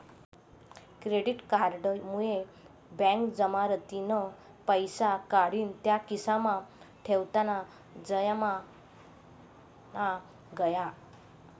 credit card मुये बँकमझारतीन पैसा काढीन त्या खिसामा ठेवताना जमाना गया